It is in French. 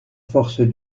force